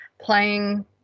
playing